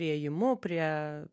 priėjimu prie